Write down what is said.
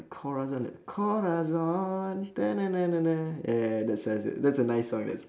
corazon uh corazon ya ya that's that's it that's a nice song that's